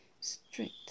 strict